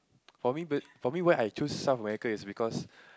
for me b~ for me why I choose South-America is because